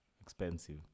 expensive